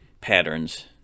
patterns